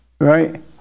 Right